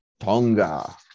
Tonga